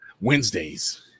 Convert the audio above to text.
Wednesdays